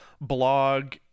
blog